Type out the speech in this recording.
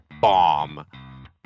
bomb